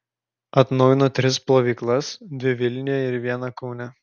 atnaujino tris plovyklas dvi vilniuje ir vieną kaune